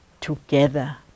together